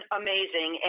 amazing